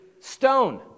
stone